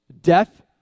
Death